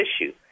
issue